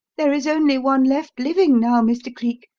there is only one left living now, mr. cleek,